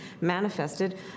manifested